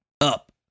up